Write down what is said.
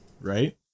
right